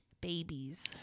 Babies